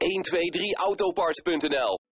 123autoparts.nl